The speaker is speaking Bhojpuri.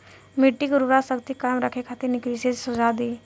मिट्टी के उर्वरा शक्ति कायम रखे खातिर विशेष सुझाव दी?